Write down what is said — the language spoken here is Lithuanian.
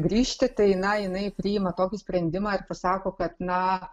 grįžti tai na jinai priima tokį sprendimą pasako kad na